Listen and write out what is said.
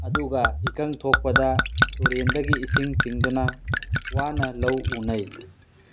ꯑꯗꯨꯒ ꯏꯀꯪ ꯊꯣꯛꯄꯗ ꯇꯨꯔꯦꯟꯗꯒꯤ ꯏꯁꯤꯡ ꯆꯤꯡꯗꯨꯅ ꯋꯥꯅ ꯂꯧ ꯎꯅꯩ